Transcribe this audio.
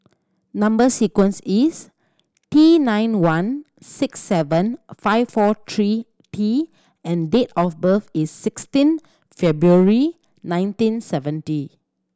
number sequence is T nine one six seven five four three T and date of birth is sixteen February nineteen seventy